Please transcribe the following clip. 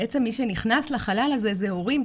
בעצם מי שנכנס לחלל הזה הם ההורים,